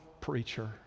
preacher